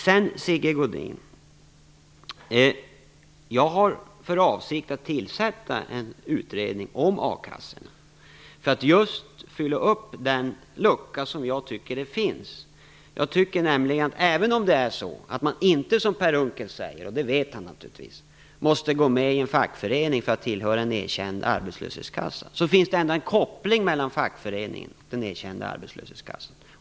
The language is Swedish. Till Sigge Godin vill jag säga att jag har för avsikt att tillsätta en utredning om a-kassorna för att fylla upp den lucka som jag tycker finns. Även om det är så att man inte, som Per Unckel säger - och det vet han naturligtvis - behöver gå med i en fackförening för att tillhöra en erkänd arbetslöshetskassa, finns det ändå en koppling mellan fackföreningen och den erkända arbetslöshetskassan.